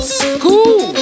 school